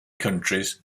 countries